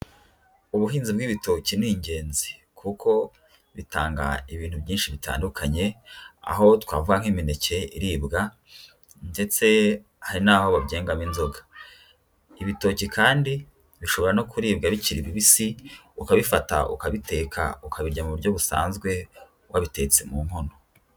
Ubuhinzi bw'ibitoki ni ingenzi kuko bitanga ibintu byinshi bitandukanye, aho twavuga nk'imineke iribwa ndetse hari n'aho wabyengamo inzoga. Ibitoki kandi bishobora no kuribwa bikiri bibisi, ukabifata ukabiteka, ukabirya mu buryo busanzwe, wabitetse mu nkono.